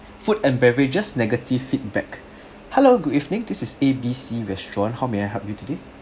food and beverages negative feedback hello good evening this is A B C restaurant how may I help you today